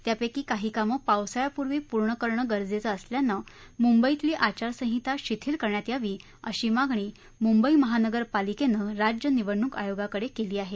त्यापक्री काही कामे पावसाळ्यापूर्वी पूर्ण करणे गरजेचे असल्याने मुंबईतील आचारसंहिता शिथिल करण्यात यावी अशी मागणी मुंबई पालिकेने राज्य निवडणूक आयोगाकडे केली आहे